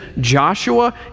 Joshua